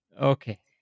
Okay